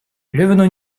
левину